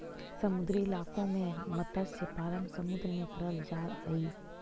समुद्री इलाकों में मत्स्य पालन समुद्र में करल जा हई